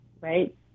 right